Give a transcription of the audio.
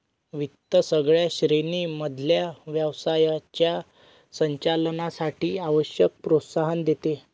वित्त सगळ्या श्रेणी मधल्या व्यवसायाच्या संचालनासाठी आवश्यक प्रोत्साहन देते